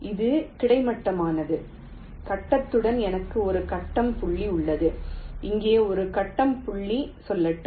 இந்த கிடைமட்டமானது கட்டத்துடன் எனக்கு ஒரு கட்டம் புள்ளி உள்ளது இங்கே ஒரு கட்டம் புள்ளி சொல்லட்டும்